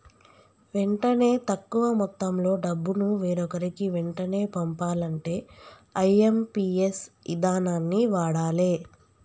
వెంటనే తక్కువ మొత్తంలో డబ్బును వేరొకరికి వెంటనే పంపాలంటే ఐ.ఎమ్.పి.ఎస్ ఇదానాన్ని వాడాలే